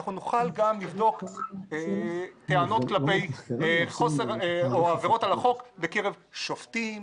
שאנחנו נוכל גם לבדוק טענות כלפי עבירות על החוק בקרב שופטים,